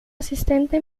asistente